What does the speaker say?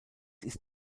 ist